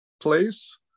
place